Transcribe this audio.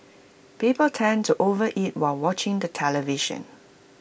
people tend to overeat while watching the television